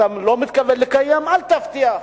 אתה לא מתכוון לקיים, אל תבטיח,